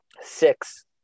six